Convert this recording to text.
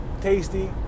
Tasty